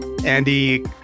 Andy